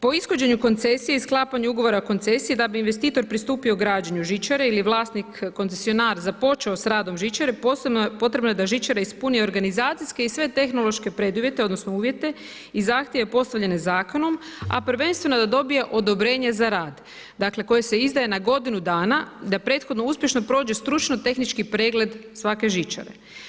Po ishođenju koncesije i sklapanju ugovora o koncesiji da bi investitor pristupio građenju žičare ili vlasnik koncesionar započeo s radom žičare posebno je potrebno da žičara organizacijske i sve tehnološke preduvjete odnosno uvjete i zahtjeve postavljene Zakonom, a prvenstveno da dobije odobrenje za rad dakle, koje se izdaje na godinu dana da prethodno uspješno prođe stručno tehnički pregled svake žičare.